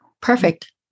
Perfect